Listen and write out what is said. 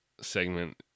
segment